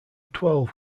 twelve